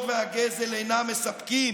אך השוד והגזל אינם מספקים